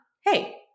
hey